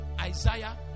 Isaiah